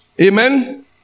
amen